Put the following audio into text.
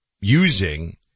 using